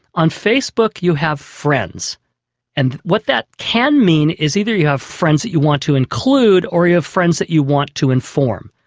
on facebook you have friends and what that can mean is either you have friends that you want to include or you have friends that you want to inform.